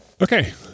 Okay